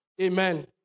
Amen